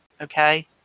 Okay